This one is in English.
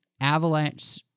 avalanche